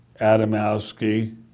Adamowski